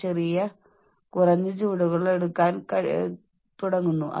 നിങ്ങളെ ഏൽപ്പിച്ചിരിക്കുന്ന ചുമതലകൾ നിറവേറ്റുന്നതിനുള്ള നിങ്ങളുടെ കഴിവിന്റെ പൂർണ്ണമായ തളർച്ച